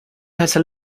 heißer